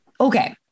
Okay